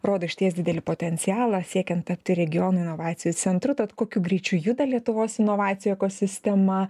rodo išties didelį potencialą siekiant tapti regiono inovacijų centru tad kokiu greičiu juda lietuvos inovacijų ekosistema